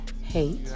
hate